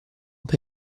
per